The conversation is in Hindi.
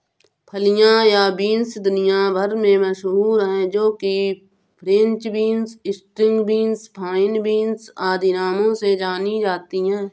फलियां या बींस दुनिया भर में मशहूर है जो कि French beans, string beans, fine beans आदि नामों से जानी जाती है